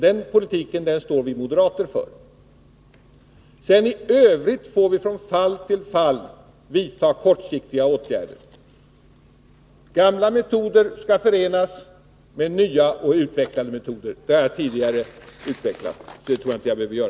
Den politiken står vi moderater för. I övrigt får vi från fall till fall vidta kortsiktiga åtgärder. Gamla metoder skall förenas med nya. Det har jag tidigare utvecklat och behöver inte göra det igen.